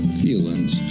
feelings